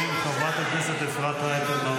רד כבר.